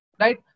right